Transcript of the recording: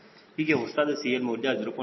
956 ಹೀಗೆ ಹೊಸದಾದ CL ಮೌಲ್ಯ 0